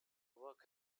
work